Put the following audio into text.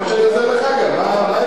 כמו שאני עוזר לך גם, מה ההבדל?